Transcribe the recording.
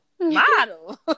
model